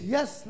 Yes